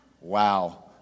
Wow